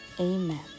Amen